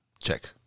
Check